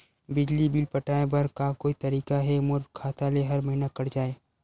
बिजली बिल पटाय बर का कोई तरीका हे मोर खाता ले हर महीना कट जाय?